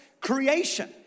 creation